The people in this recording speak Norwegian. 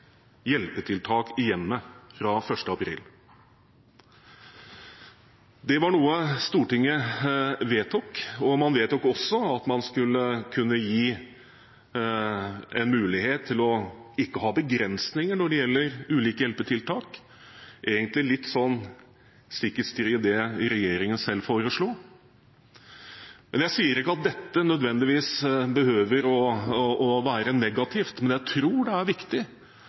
hjelpetiltak i hjemmet fra 1. april. Det var noe Stortinget vedtok, og man vedtok også at man skulle kunne gi en mulighet til ikke å ha begrensninger når det gjelder ulike hjelpetiltak – egentlig litt stikk i strid med det regjeringen selv foreslo. Jeg sier ikke at dette nødvendigvis behøver å være negativt, men jeg tror det er viktig